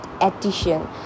addition